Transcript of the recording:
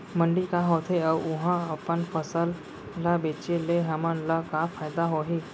मंडी का होथे अऊ उहा अपन फसल ला बेचे ले हमन ला का फायदा होही?